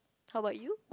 how about you